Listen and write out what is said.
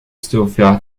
sophia